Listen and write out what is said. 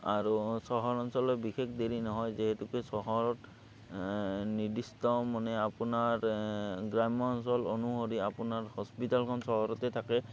আৰু চহৰ অঞ্চলৰ বিশেষ দেৰি নহয় যিহেতুকে চহৰত নিৰ্দিষ্ট মানে আপোনাৰ গ্ৰাম্য অঞ্চল অনুসৰি আপোনাৰ হস্পিতালখন চহৰতে থাকে